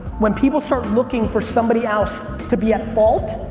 when people start looking for somebody else to be at fault,